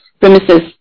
premises